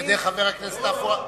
על-ידי חבר הכנסת עפו אגבאריה.